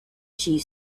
chief